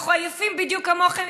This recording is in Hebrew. אנחנו עייפים בדיוק כמוכם,